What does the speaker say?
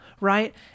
right